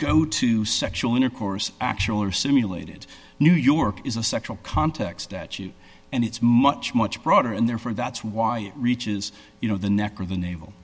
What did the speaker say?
go to sexual intercourse actual or simulated new york is a sexual context that you and it's much much broader and therefore that's why it reaches you know the neck or the nav